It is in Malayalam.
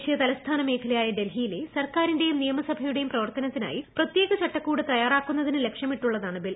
ദേശീയ തലസ്ഥാന മേഖലയായ ഡൽഹിയിലെ സർക്കാരിന്റെയും നിയമസഭയുടെയും പ്രവർത്തനത്തിനായി പ്രത്യേക ചട്ടക്കൂട് ത്യ്യാറാക്കുന്നതിന് ലക്ഷ്യമിട്ടുള്ളതാണ് ബിൽ